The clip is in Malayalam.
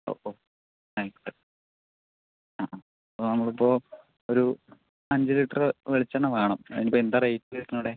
അപ്പോൾ ഇപ്പോൾ നമ്മളിപ്പോൾ ഒരു അഞ്ച് ലിറ്റർ വെളിച്ചെണ്ണ വേണം അതിനിപ്പോൾ എന്താ റേറ്റ് വരുന്നത് ഇവിടെ